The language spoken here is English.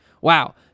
Wow